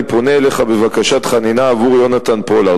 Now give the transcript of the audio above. אני פונה אליך בבקשת חנינה עבור יונתן פולארד.